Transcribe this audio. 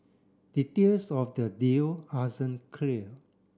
details of the deal clear